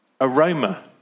Aroma